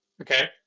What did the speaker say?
okay